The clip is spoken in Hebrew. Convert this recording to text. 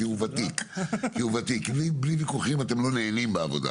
כי הוא ותיק בלי ויכוחים אתם לא נהנים בעבודה,